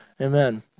Amen